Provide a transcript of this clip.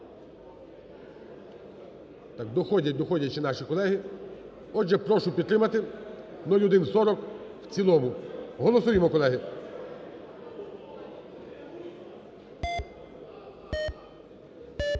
Доходять, доходять ще наші колеги. Отже, прошу підтримати 0140 в цілому. Голосуємо, колеги.